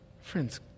Friends